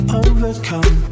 overcome